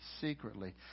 secretly